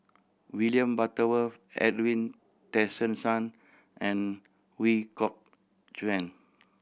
William Butterworth Edwin Tessensohn and Ooi Kok Chuen